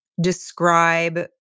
describe